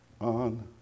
on